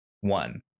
One